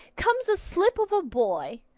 comes a slip of a boy,